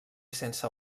sense